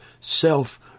self